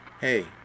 Hey